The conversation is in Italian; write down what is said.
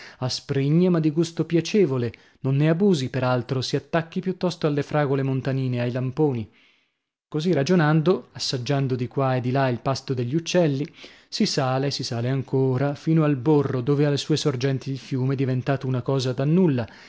susine asprigne ma di gusto piacevole non ne abusi per altro si attacchi piuttosto alle fragole montanine ai lamponi così ragionando assaggiando di qua e di là il pasto degli uccelli si sale si sale ancora fino al borro dove ha le sue sorgenti il fiume diventato una cosa da nulla